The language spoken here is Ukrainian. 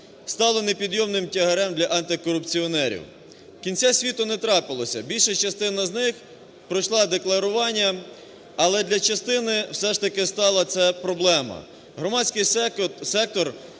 стало непід'ємним тягарем для антикорупціонерів. Кінця світу не трапилося, більша частина з них пройшла декларування, але для частини все ж таки стало це проблемою. Громадський сектор